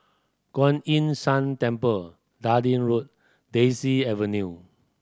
Kuan Yin San Temple Dundee Road Daisy Avenue